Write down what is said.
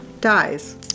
dies